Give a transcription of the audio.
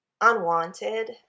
unwanted